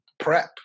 Prep